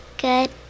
Good